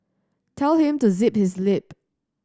tell him to zip his lip